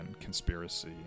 conspiracy